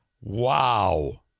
Wow